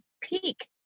peak